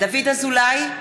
דוד אזולאי,